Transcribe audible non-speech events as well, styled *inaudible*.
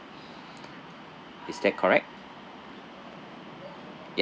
*breath* is that correct ya